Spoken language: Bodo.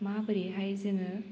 माब्रैहाय जोङो